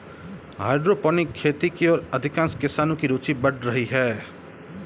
hydroponic खेती की ओर अधिकांश किसानों की रूचि बढ़ रही है